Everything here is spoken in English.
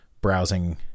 browsing